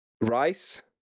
rice